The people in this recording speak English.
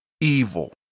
Evil